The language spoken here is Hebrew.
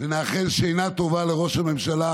ונאחל שינה טובה לראש הממשלה,